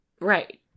Right